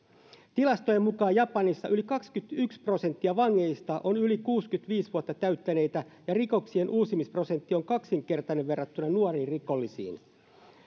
tilastojen mukaan japanissa yli kaksikymmentäyksi prosenttia vangeista on yli kuusikymmentäviisi vuotta täyttäneitä ja rikoksien uusimisprosentti on kaksinkertainen verrattuna nuoriin rikollisiin